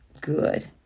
good